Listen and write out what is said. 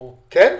כן,